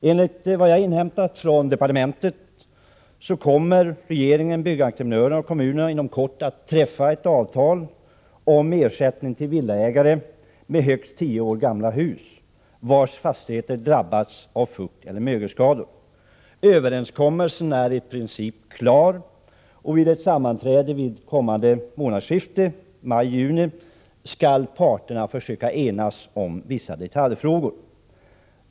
Enligt vad jag har inhämtat från departementet kommer regeringen, byggentrepenörerna och kommunerna inom kort att träffa ett avtal om ersättning till villaägare med högst tio år gamla hus som drabbats av fukteller mögelskador. Överenskommelsen är i princip klar. Vid ett sammanträde kommande månadsskifte skall parterna försöka enas om vissa detaljfrågor.